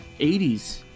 80s